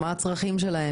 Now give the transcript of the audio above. מה הצרכים שלהם?